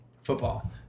football